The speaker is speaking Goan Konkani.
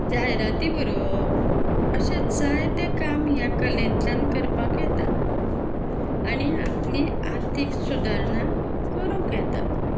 जायराती बरोवप अशें जायतें काम ह्या कलेंतल्यान करपाक येता आनी आपली आर्थीक सुदारणां करूंक येता